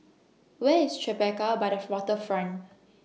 Where IS Tribeca By The Waterfront